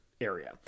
area